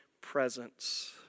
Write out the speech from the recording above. presence